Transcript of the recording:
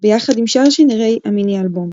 ביחד עם שאר שירי המיני-אלבום.